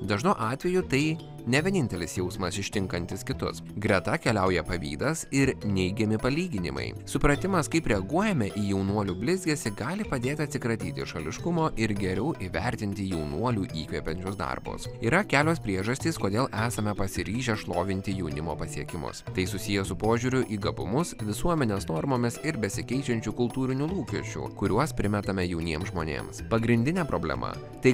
dažnu atveju tai ne vienintelis jausmas ištinkantis kitus greta keliauja pavydas ir neigiami palyginimai supratimas kaip reaguojame į jaunuolių blizgesį gali padėti atsikratyti šališkumo ir geriau įvertinti jaunuolių įkvepiančius darbus yra kelios priežastys kodėl esame pasiryžę šlovinti jaunimo pasiekimus tai susiję su požiūriu į gabumus visuomenės normomis ir besikeičiančių kultūrinių lūkesčių kuriuos primetame jauniems žmonėms pagrindinė problema tai